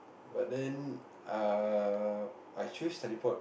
but then err I choose teleport